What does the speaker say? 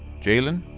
jaylen?